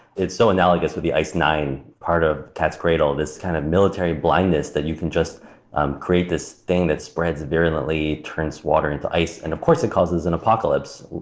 it's so analogous to the ice nine part of cat's cradle, this kind of military blindness that you can just um create this thing that spreads virulently, turns water into ice, and of course, it causes an and apocalypse.